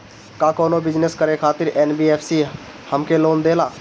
का कौनो बिजनस करे खातिर एन.बी.एफ.सी हमके लोन देला?